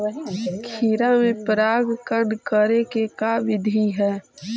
खिरा मे परागण करे के का बिधि है?